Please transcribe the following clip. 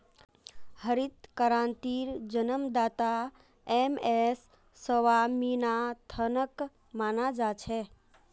हरित क्रांतिर जन्मदाता एम.एस स्वामीनाथनक माना जा छे